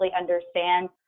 understand